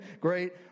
great